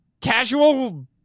Casual